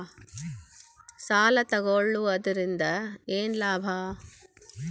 ಸಾಲ ತಗೊಳ್ಳುವುದರಿಂದ ಏನ್ ಲಾಭ?